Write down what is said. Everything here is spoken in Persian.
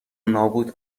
نابود